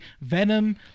Venom